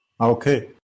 Okay